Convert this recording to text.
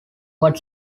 what